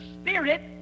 spirit